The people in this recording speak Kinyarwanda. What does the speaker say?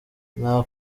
nta